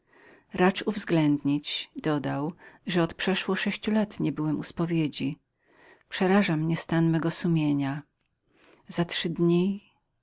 racz seor uważać dodał że od sześciu lat przeszło nie byłem u spowiedzi przeraża mnie stan mego sumienia za trzy dni